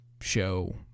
show